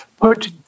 put